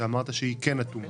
שאמרת שהיא כן אטומה.